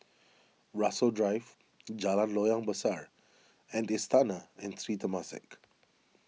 Rasok Drive Jalan Loyang Besar and Istana and Sri Temasek